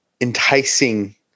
enticing